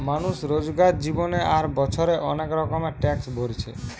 মানুষ রোজকার জীবনে আর বছরে অনেক রকমের ট্যাক্স ভোরছে